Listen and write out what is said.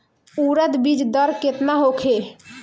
उरद बीज दर केतना होखे?